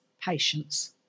patience